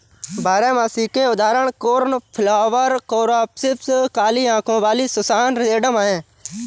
बारहमासी के उदाहरण कोर्नफ्लॉवर, कोरॉप्सिस, काली आंखों वाली सुसान, सेडम हैं